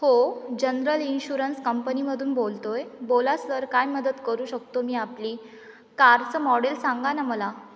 हो general insurance कंपनीमधून बोलतो आहे बोला सर काय मदत करू शकतो मी आपली कारचं मॉडेल सांगा ना मला